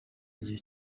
igihe